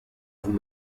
vous